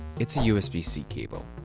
it's a usb-c cable.